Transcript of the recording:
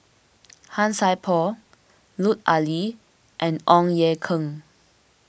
Han Sai Por Lut Ali and Ong Ye Kung